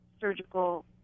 surgical